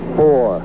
four